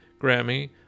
Grammy